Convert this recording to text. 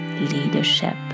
leadership